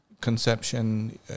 conception